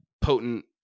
potent